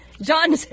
John